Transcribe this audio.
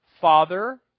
Father